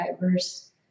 diverse